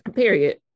Period